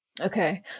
Okay